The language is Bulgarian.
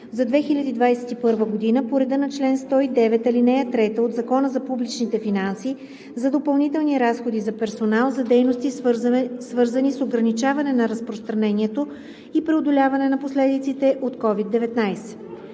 за 2021 г. по реда на чл. 109, ал. 3 от Закона за публичните финанси за допълнителни разходи за персонал за дейности, свързани с ограничаване на разпространението и преодоляване на последиците от COVID-19.“